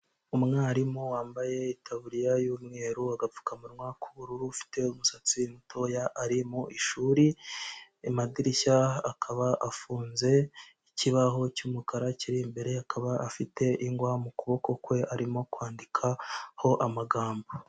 Umwarimu wambaye itaburiya y'umweru, agapfukamunwa k'ubururu, ufite umusatsi mutoya, ari mu ishuri, amadirishya akaba afunze, ikibaho cy'umukara kiri imbere, akaba afite ingwa mu kuboko kwe arimo kwandikaho amagambo.